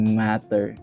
matter